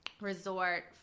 Resort